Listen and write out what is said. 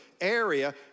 area